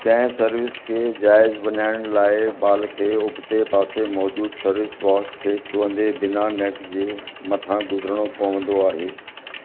कंहिं सर्विस खे जाइज़ बणाइण लाइ बाल खे उभिते पासे मौजूदु सर्विस बॉक्स खे छुहंदे बिना नेट जे मथां गुज़रणो पवंदो आहे